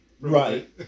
right